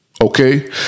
Okay